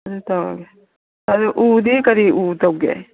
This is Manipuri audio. ꯑꯗꯨ ꯇꯧꯔꯒꯦ ꯑꯗꯨ ꯎꯗꯤ ꯀꯔꯤ ꯎ ꯇꯧꯒꯦ